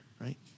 right